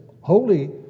holy